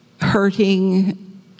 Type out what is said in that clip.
hurting